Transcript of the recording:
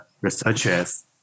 researchers